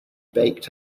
baked